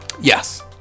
Yes